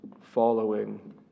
following